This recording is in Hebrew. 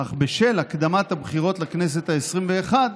אך בשל הקדמת הבחירות לכנסת העשרים-ואחת,